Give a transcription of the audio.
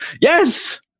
Yes